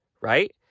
right